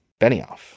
Benioff